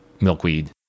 milkweed